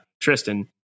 Tristan